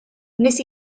wnes